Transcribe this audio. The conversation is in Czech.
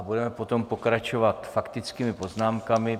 Budeme potom pokračovat faktickými poznámkami.